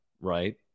right